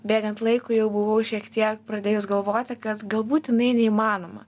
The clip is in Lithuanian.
bėgant laikui jau buvau šiek tiek pradėjus galvoti kad galbūt jinai neįmanoma